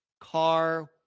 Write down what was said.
car